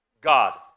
God